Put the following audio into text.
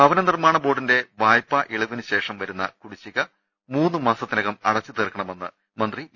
ഭവനനിർമാണ ബോർഡിന്റെ വായ്പാ ഇളവിനുശേഷം വരുന്ന കുടി ശ്ശിക മൂന്നുമാസത്തിനകം അടച്ചുതീർക്കണമെന്ന് മന്ത്രി ഇ